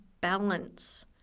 balance